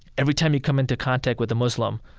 every time you come into contact with a muslim,